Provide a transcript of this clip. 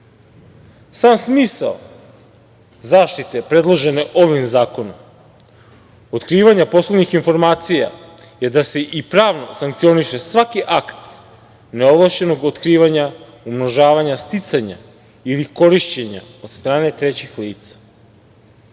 smisao zaštite predložene ovim zakonom otkrivanja poslovnih informacija je da se i pravno sankcioniše svaki akt neovlašćenog otkrivanja, umnožavanja sticanja ili korišćenja od strane trećih lica. Ali,